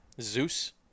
Zeus